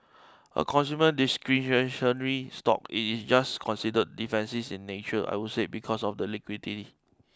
a consumer discretionary stock it is just considered defensive in nature I would say because of the liquidity